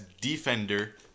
defender